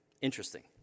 Interesting